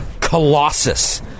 Colossus